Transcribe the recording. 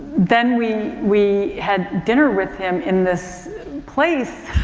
then we, we had dinner with him in this place,